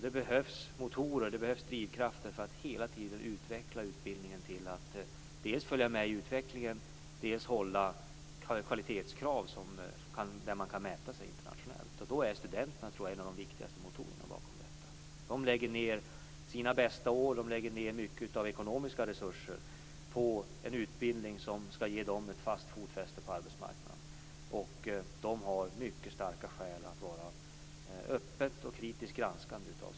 Det behövs motorer och drivkrafter för att hela tiden utveckla utbildningen, dels för att följa med i utvecklingen, dels för att hålla kvalitetskrav som kan mäta sig internationellt. Då tror jag att studenterna är en av de viktigaste motorerna. De lägger ned sina bästa år och mycket av ekonomiska resurser på en utbildning som skall ge dem ett fast fotfäste på arbetsmarknaden. De har mycket starka skäl att öppet och kritiskt granska sin utbildning.